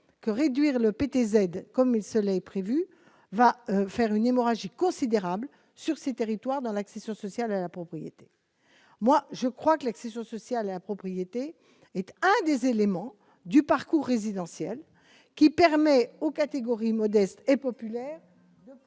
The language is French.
que réduire le PTZ comme le soleil prévue, va faire une hémorragie considérable l'sur ces territoires dans l'accession sociale à la propriété, moi je crois que l'accession sociale à propriété était un des éléments du parcours résidentiel qui permet aux catégories modestes et populaires, au